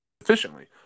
efficiently